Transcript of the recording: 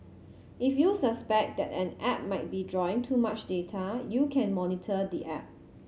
if you suspect that an app might be drawing too much data you can monitor the app